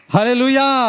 Hallelujah